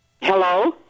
Hello